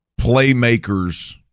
playmakers